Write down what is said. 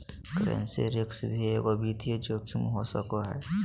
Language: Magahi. करेंसी रिस्क भी एगो वित्तीय जोखिम हो सको हय